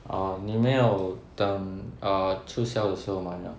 orh 你没有等 uh 促销的时候买 ah